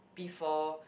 P-four